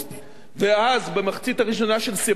ואז, במחצית הראשונה של ספטמבר,